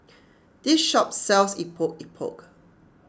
this shop sells Epok Epok